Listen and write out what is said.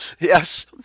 yes